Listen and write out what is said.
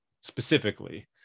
specifically